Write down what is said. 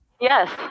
Yes